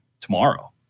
tomorrow